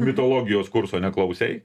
mitologijos kurso neklausei